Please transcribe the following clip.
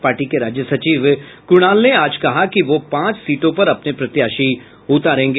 party के राज्य सचिव कुणाल ने आज कहा कि वह पांच सीटों पर अपने प्रत्याशी उतारेगी